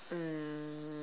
um